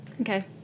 Okay